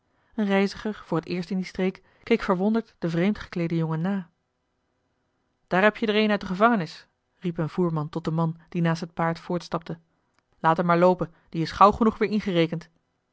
reiziger voor het eerst in die streek keek verwonderd den vreemd gekleeden jongen na daar heb je der een uit de gevangenis riep een voerman tot den man die naast het paard voortstapte laat hem maar loopen die is gauw genoeg weer ingerekend